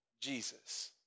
Jesus